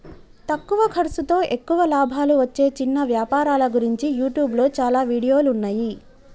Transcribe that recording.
తక్కువ ఖర్సుతో ఎక్కువ లాభాలు వచ్చే చిన్న వ్యాపారాల గురించి యూట్యూబ్లో చాలా వీడియోలున్నయ్యి